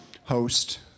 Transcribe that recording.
host